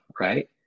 right